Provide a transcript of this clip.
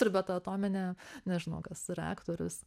ir be to atominė nežinau kas reaktorius